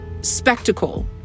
spectacle